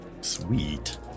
Sweet